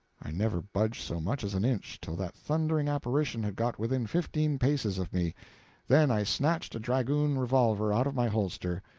i never budged so much as an inch till that thundering apparition had got within fifteen paces of me then i snatched a dragoon revolver out of my holster,